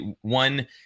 one